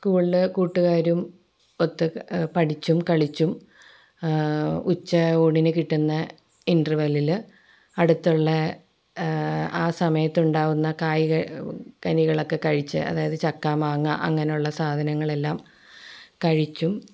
സ്കൂളിൽ കൂട്ടുകാരും ഒത്ത് പഠിച്ചും കളിച്ചും ഉച്ച ഊണിന് കിട്ടുന്ന ഇൻട്രവെല്ലിൽ അടുത്തുള്ള ആ സമയത്തുണ്ടാവുന്ന കായ് കനികളൊക്കെ കഴിച്ച് അതായത് ചക്ക മാങ്ങ അങ്ങനെയുള്ള സാധനങ്ങളെല്ലാം കഴിച്ചും